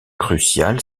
cruciale